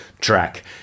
track